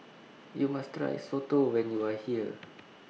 YOU must Try Soto when YOU Are here